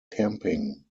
camping